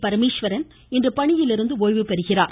பரமேஸ்வரன் இன்று பணியிலிருந்து ஓய்வு பெறுகிறார்